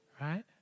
Right